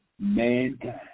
mankind